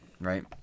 right